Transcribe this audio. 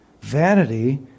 Vanity